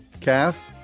Kath